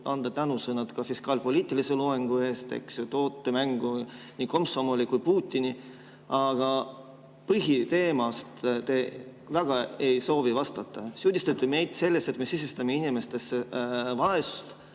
öelda tänusõnad ka fiskaalpoliitilise loengu eest. Te toote mängu nii komsomoli kui ka Putini. Aga põhiteemal te väga ei soovi vastata. Te süüdistate meid selles, et me sisendame inimestesse vaesust,